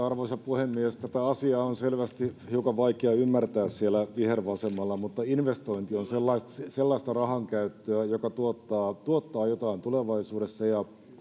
arvoisa puhemies tätä asiaa on selvästi hiukan vaikea ymmärtää siellä vihervasemmalla mutta investointi on sellaista rahankäyttöä joka tuottaa tuottaa jotain tulevaisuudessa ja